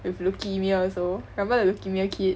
with leukemia also remember the leukemia kid